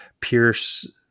Pierce